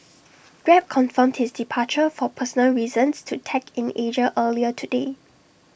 grab confirmed his departure for personal reasons to tech in Asia earlier today